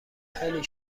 خیلی